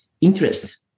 interest